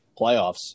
playoffs